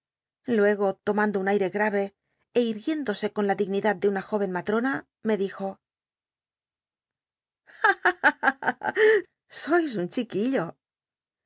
luego lomando un aire grai'c é irguiéndose con la dignidad de una jó en mah'ona me dijo sois un